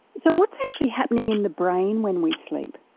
so what's actually happening in the brain when we sleep?